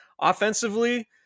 Offensively